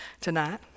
tonight